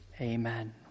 Amen